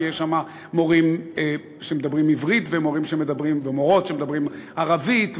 כי יש שם מורים שמדברים עברית ומורים ומורות שמדברים ערבית,